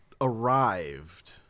arrived